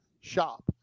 Shop